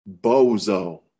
bozo